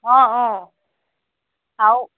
অঁ অঁ আৰু